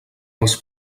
els